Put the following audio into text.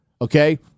Okay